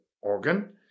organ